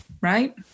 Right